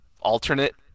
alternate